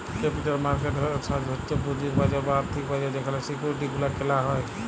capital market হচ্ছ পুঁজির বাজার বা আর্থিক বাজার যেখালে সিকিউরিটি গুলা কেলা হ্যয়